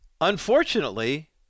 Unfortunately